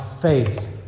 faith